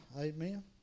amen